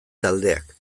taldeak